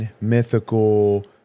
mythical